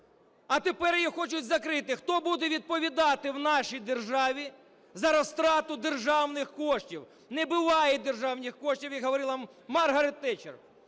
А тепер її хочуть закрити. Хто буде відповідати в нашій державі за розтрату державних коштів? Не буває державних коштів, як говорила Маргарет Тетчер,